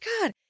God